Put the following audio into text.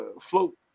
float